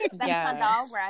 yes